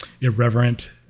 irreverent